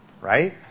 right